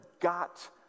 got